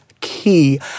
key